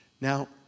Now